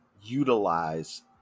utilize